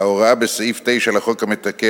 ההוראה בסעיף 9 לחוק המתקן,